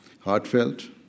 heartfelt